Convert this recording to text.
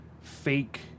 fake